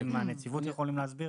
ואם הנציבות יכולים להסביר,